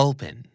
Open